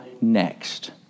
next